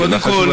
שאלה חשובה.